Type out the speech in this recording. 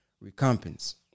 Recompense